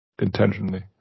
intentionally